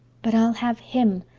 but i'll have him.